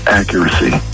accuracy